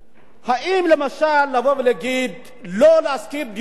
לבוא ולהגיד: לא להשכיר דירות לערבים,